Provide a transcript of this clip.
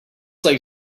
like